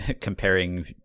comparing